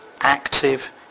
active